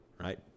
right